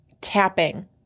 tapping